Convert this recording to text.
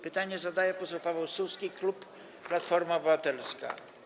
Pytanie zadaje poseł Paweł Suski, klub Platforma Obywatelska.